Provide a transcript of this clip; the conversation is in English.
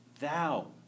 Thou